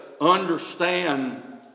understand